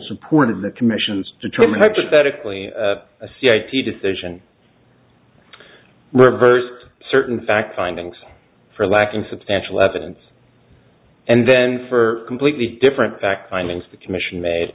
supported the commission's determine hypothetically a c i t decision reversed certain fact findings for lack of substantial evidence and then for completely different